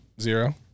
zero